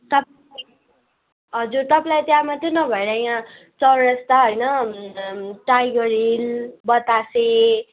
तपाईँलाई हजुर तपाईँलाई त्यहाँ मात्रै नभएर यहाँ चौरस्ता होइन टाइगर हिल बतासे